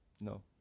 No